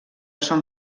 són